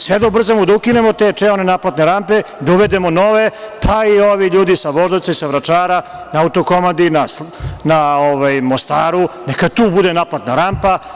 Sve da ubrzamo, da ukinemo te čeone naplatne rampe, da uvedemo nove, pa da i ovi ljudi sa Voždovca i sa Vračara, na Autokomandi, na Mostaru, neka tu bude naplatna rampa.